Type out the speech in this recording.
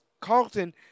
Carlton